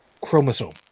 chromosome